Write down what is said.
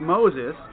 Moses